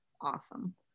awesome